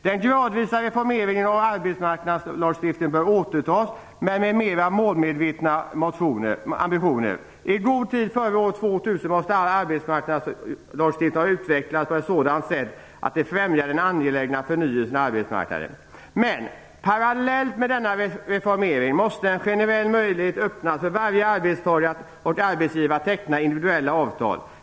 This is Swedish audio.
Den gradvisa reformeringen av arbetsmarknadslagstiftningen bör återigen igångsättas, men med mera målmedvetna ambitioner. I god tid före år 2000 måste all arbetsmarknadslagstiftning ha utvecklats på ett sådant sätt att den främjar den angelägna förnyelsen av arbetsmarknaden. Men parallellt med denna reformering måste en generell möjlighet öppnas för varje arbetstagare och arbetsgivare att teckna individuella avtal.